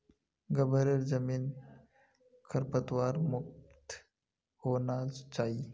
ग्वारेर जमीन खरपतवार मुक्त होना चाई